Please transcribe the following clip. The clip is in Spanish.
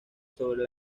sobre